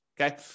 okay